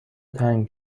تنگ